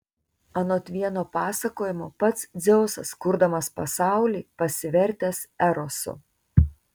anot vieno pasakojimo pats dzeusas kurdamas pasaulį pasivertęs erosu